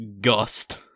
Gust